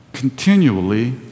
Continually